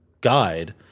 guide